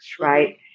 right